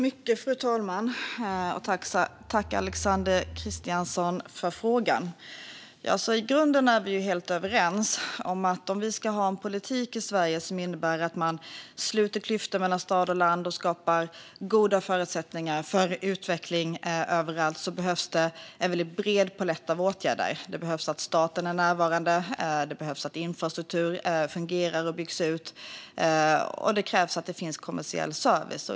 Fru talman! Jag tackar Alexander Christiansson för frågan. I grunden är vi helt överens; om vi ska ha en politik i Sverige som innebär att man sluter klyftor mellan stad och land och skapar goda förutsättningar för utveckling överallt behövs det en väldigt bred palett av åtgärder. Staten behöver vara närvarande, infrastrukturen behöver fungera och byggas ut och det krävs att det finns kommersiell service.